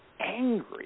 angry